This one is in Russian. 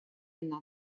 она